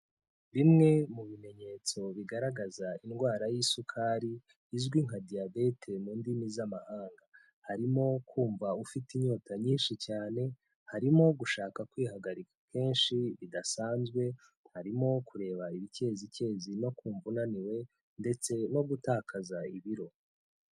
Bimwe mu bimenyetso bigaragaza indwara y'isukari, izwi nka diyabeti mu ndimi z'amahanga. Harimo kumva ufite inyota nyinshi cyane, harimo gushaka kwihagarika kenshi bidasanzwe, harimo kureba ibicyezicyezi no kumva unaniwe ndetse no gutakaza ibiro.